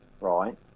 right